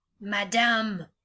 madame